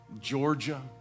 Georgia